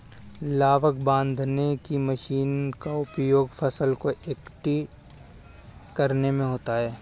लावक बांधने की मशीन का उपयोग फसल को एकठी करने में होता है